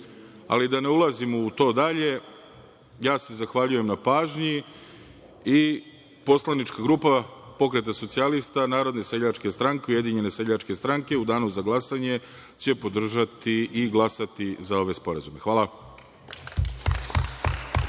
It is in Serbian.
ali da ne ulazim u to dalje. Zahvaljujem se na pažnji. Poslanička grupa Pokreta socijalista, Narodne seljačke stranke, Ujedinjene seljačke stranke u danu za glasanje će podržati i glasati za ove sporazume. Hvala.